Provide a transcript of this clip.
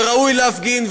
ראוי להפגין,